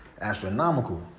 astronomical